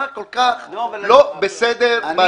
מה כל כך לא בסדר בהצעה הזו?